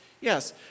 Yes